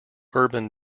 urban